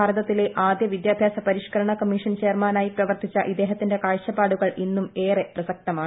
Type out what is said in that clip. ഭാരതത്തിലെ ആദ്യ വിദ്യാഭ്യാസ പരിഷ്കരണ കമ്മീഷൻ ചെയർമാനായി പ്രവർത്തിച്ച ഇദ്ദേഹത്തിന്റെ കാഴ്ചപ്പാടുകൾ ഇന്നും ഏറെ പ്രസക്തമാണ്